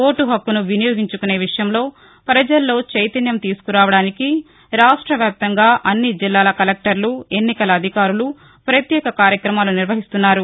vote హక్కును వినియోగించుకునే విషయంలో పజల్లో చైతన్యం తీసుకురావడానికి రాష్ట వ్యాప్తంగా అన్ని జిల్లాల కలెక్టర్లు ఎన్నికల అధికారులు పత్యేక కార్యక్రమాలు నిర్వహిస్తున్నారు